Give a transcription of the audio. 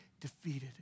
defeated